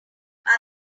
other